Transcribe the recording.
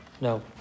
No